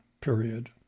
period